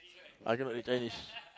I cannot read Chinese